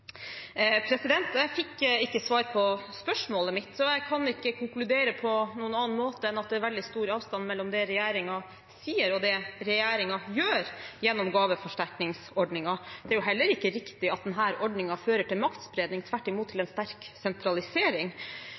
Jeg fikk ikke svar på spørsmålet mitt, så jeg kan ikke konkludere på noen annen måte enn at det er veldig stor avstand mellom det regjeringen sier, og det regjeringen gjør gjennom gaveforsterkningsordningen. Det er jo heller ikke riktig at denne ordningen fører til maktspredning. Tvert imot fører den til en sterk sentralisering,